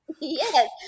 Yes